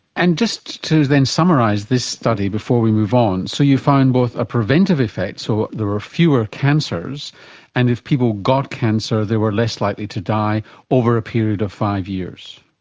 and just to summarise this study before we move on, so you found both a preventive effect, so there were fewer cancers and if people got cancer they were less likely to die over a period of five years?